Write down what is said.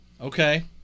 Okay